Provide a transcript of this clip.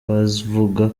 bavuga